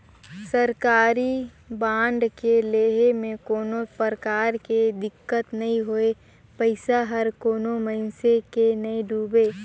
सरकारी बांड के लेहे में कोनो परकार के दिक्कत नई होए पइसा हर कोनो मइनसे के नइ डुबे